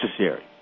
necessary